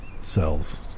cells